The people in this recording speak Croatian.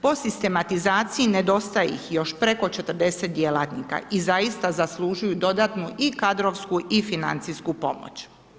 Po sistematizaciji, nedostaje ih još preko 40 djelatnika i zaista zaslužuju dodatnu i kadrovsku i financijsku pomoć.